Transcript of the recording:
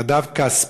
נדב כספי.